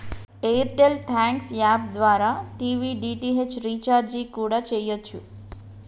air tell thanks app ద్వారా TV DTH recharge కూడా చెయ్యచ్చు